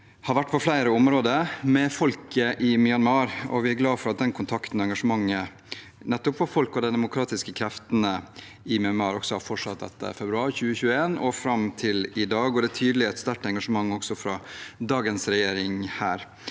samarbeid på flere områder med folket i Myanmar. Vi er glade for at kontakten og engasjementet nettopp for folket og de demokratiske kreftene i Myanmar, også har fortsatt etter februar 2021 og fram til i dag. Det er tydelig et sterkt engasjement også fra dagens regjering.